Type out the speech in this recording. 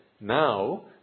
now